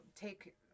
take